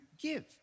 give